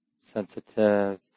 Sensitive